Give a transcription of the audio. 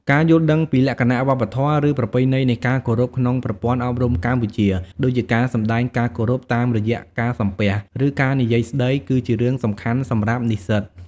ការយល់ដឹងពីលក្ខណៈវប្បធម៌ ឬប្រពៃណីនៃការគោរពក្នុងប្រព័ន្ធអប់រំកម្ពុជា ដូចជាការសម្ដែងការគោរពតាមរយៈការសំពះ ឬការនិយាយស្តី គឺជារឿងសំខាន់សំរាប់និស្សិត។